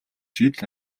жил